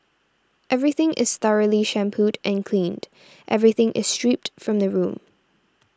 everything is thoroughly shampooed and cleaned everything is stripped from the room